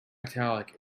italic